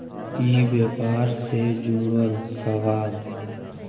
ई व्यापार से जुड़ल सवाल?